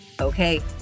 Okay